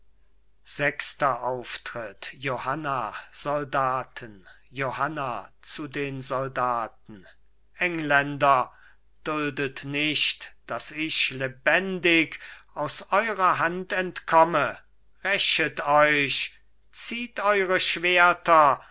sechster auftritt johanna soldaten johanna zu den soldaten engländer duldet nicht daß ich lebendig aus eurer hand entkomme rächet euch zieht eure schwerter